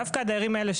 דווקא הדיירים האלה,